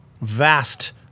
vast